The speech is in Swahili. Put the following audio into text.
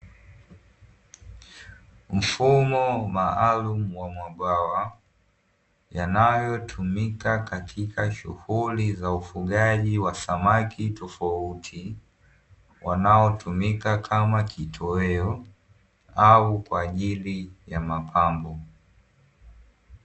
Mfumo maalumu wa mabwawa, yanayo tumika katika shughuli za ufugaji wa samaki tofauti, wanaotumika kama kitoweo au kwa ajili ya mapambo.